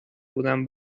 بودم